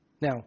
Now